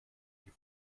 die